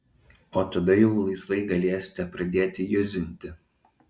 o tada jau laisvai galėsite pradėti juzinti